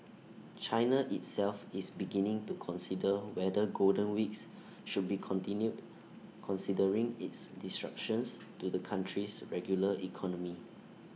China itself is beginning to consider whether golden weeks should be continued considering its disruptions to the country's regular economy